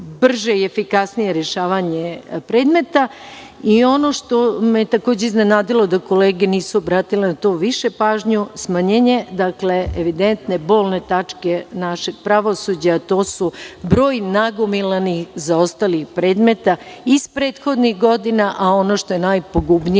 i efikasnije rešavanje predmeta. Ono što me je takođe iznenadilo da kolege nisu obratile na to više pažnju, smanjenje, evidentno bolne tačke našeg pravosuđa, a to su broj nagomilanih zaostalih predmeta iz prethodnih godina, a ono što je najpogubnije